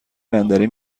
بندری